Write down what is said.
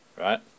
right